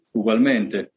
ugualmente